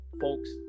folks